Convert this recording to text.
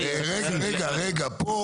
--- רגע, רגע, רגע.